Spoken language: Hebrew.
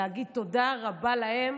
להגיד תודה רבה להם,